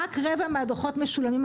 רק רבע מהדוחות משולמים,